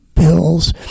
bills